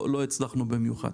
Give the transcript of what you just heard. לא הצלחנו במיוחד: